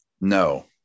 No